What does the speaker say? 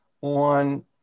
on